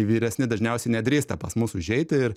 vyresni dažniausiai nedrįsta pas mus užeiti ir